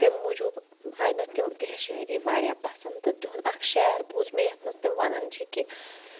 تمہِ موٗجوٗب آے مےٚ تِہِنٛز شٲعری پَسنٛد تہٕ تِہُنٛد اَکھ شعر بوٗز مےٚ یَتھ منٛز تِم وَنان چھِ کہِ